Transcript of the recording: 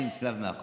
לשים צלב מאחור.